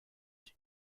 unis